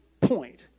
point